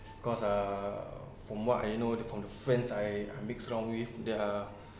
cause uh from what I know the from the friends I I mix around with they are